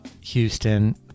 Houston